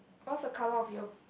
what's the colour of your